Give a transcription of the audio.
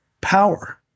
power